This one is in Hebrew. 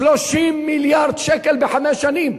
30 מיליארד שקלים בחמש שנים.